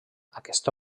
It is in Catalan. aquesta